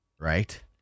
Right